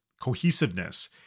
cohesiveness